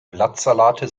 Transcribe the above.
blattsalate